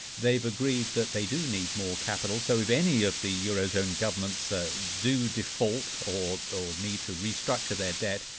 they've agreed that they do need more capital, so if any of the eurozone governments ah do default or or need to restructure their debt,